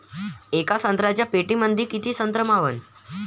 येका संत्र्याच्या पेटीमंदी किती संत्र मावन?